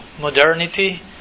modernity